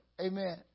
amen